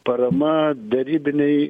parama derybinei